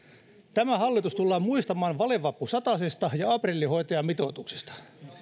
tämä hallitus tullaan muistamaan valevappusatasesta ja aprillihoitajamitoituksesta